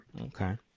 Okay